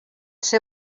ser